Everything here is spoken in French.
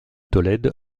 tolède